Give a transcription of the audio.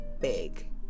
big